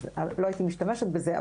לא הייתי משתמשת בזה,